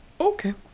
Okay